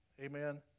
Amen